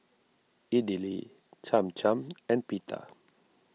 Idili Cham Cham and Pita